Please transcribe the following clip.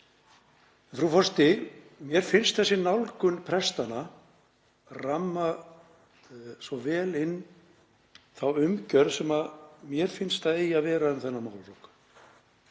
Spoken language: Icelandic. Frú forseti. Mér finnst þessi nálgun prestanna ramma svo vel inn þá umgjörð sem mér finnst að eigi að vera um þennan